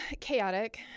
Chaotic